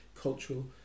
cultural